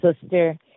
sister